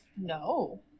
No